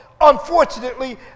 unfortunately